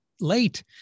late